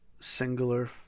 singular